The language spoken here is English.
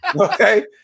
Okay